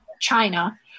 China